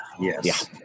Yes